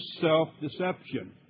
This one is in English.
self-deception